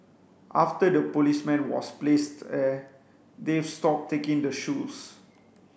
after the policeman was placed there they've stopped taking the shoes